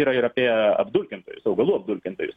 yra ir apie apdulkintojus augalų apdulkintojus